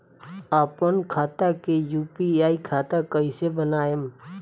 आपन खाता के यू.पी.आई खाता कईसे बनाएम?